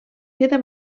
queda